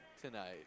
tonight